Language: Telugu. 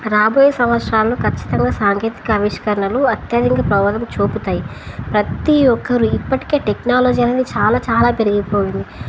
రాబోయే సంవత్సరాలు ఖచ్చితంగా సాంకేతిక ఆవిష్కరణలు అత్యధిక ప్రభావం చూపుతాయి ప్రతి ఒక్కరు ఇప్పటికే టెక్నాలజీ అనేది చాలా చాలా పెరిగిపోయింది